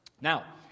Now